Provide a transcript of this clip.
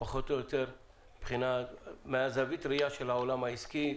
פחות או יותר מזווית הראייה של העולם העסקי,